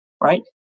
Right